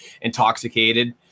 intoxicated